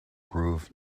groove